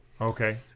Okay